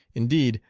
indeed,